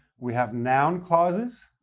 we have noun clauses,